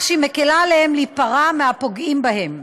בכך שהיא מקילה עליהם להיפרע מהפוגעים בהם.